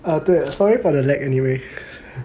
啊对 sorry for the lag anyway